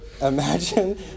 Imagine